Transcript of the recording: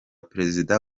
perezida